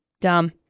Dumb